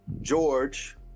George